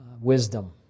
wisdom